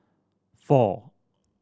four